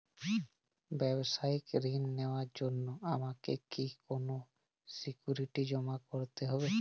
ব্যাবসায়িক ঋণ নেওয়ার জন্য আমাকে কি কোনো সিকিউরিটি জমা করতে হবে?